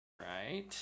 Right